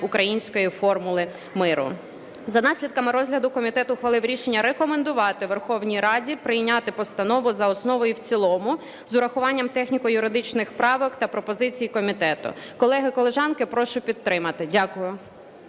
Української формули миру. За наслідками розгляду комітет ухвалив рішення рекомендувати Верховній Раді прийняти постанову за основу і в цілому з урахуванням техніко-юридичних правок та пропозицій комітету. Колеги, колежанки, прошу підтримати. Дякую.